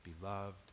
beloved